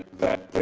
that